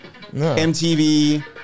MTV